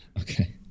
okay